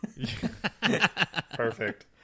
Perfect